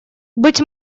быть